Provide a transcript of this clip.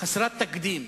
חסרת תקדים,